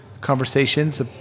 conversations